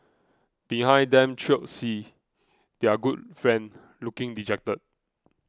behind them trailed C their good friend looking dejected